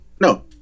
No